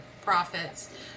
profits